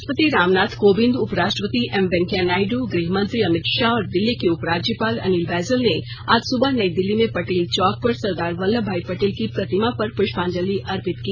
राष्ट्रपति रामनाथ कोविंद उपराष्ट्रपति एम वेंकैया नायडू गृहमंत्री अमित शाह और दिल्ली के उपराज्यपाल अनिल बैजल ने आज सुबह नई दिल्ली में पटेल चौक पर सरदार वल्लभ भाई पटेल की प्रतिमा पर पृष्पांजलि अर्पित की